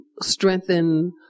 strengthen